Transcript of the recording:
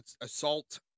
assault